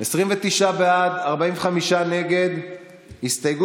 הר"י, ומרבית הרופאים שם בוועדה מתנגדים לקיצור